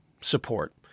support